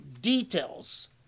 details